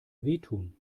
wehtun